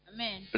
Amen